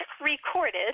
recorded